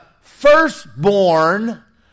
firstborn